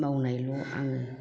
मावनायल' आङो